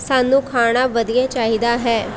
ਸਾਨੂੰ ਖਾਣਾ ਵਧੀਆ ਚਾਹੀਦਾ ਹੈ